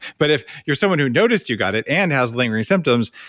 but if you're someone who noticed you got it and has lingering symptoms,